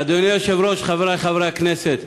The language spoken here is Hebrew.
אדוני היושב-ראש, חברי חברי הכנסת,